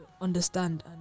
understand